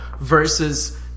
versus